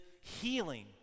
healing